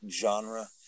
genre